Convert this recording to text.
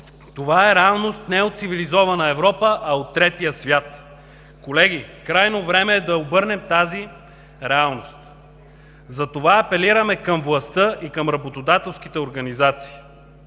Това е реалност не от цивилизована Европа, а от Третия свят. Колеги, крайно време е да обърнем тази реалност. Затова апелираме към властта и към работодателските организации.